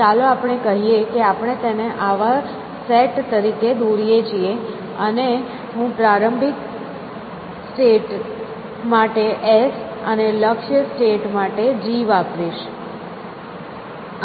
ચાલો આપણે કહીએ કે આપણે તેને આવા સેટ તરીકે દોરીએ છીએ અને હું પ્રારંભિક સ્ટેટ માટે 'S' અને લક્ષ્ય સ્ટેટ માટે 'G' વાપરીશ